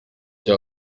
cya